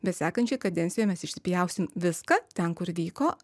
bet sekančiai kadencijai mes išsipjausim viską ten kur vyko